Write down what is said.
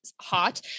hot